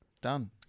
Done